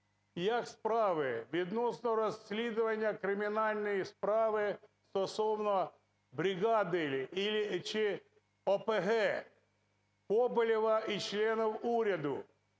як справи відносно розслідування кримінально справи стосовно бригади, чи ОПГ, Коболєва і членів уряду.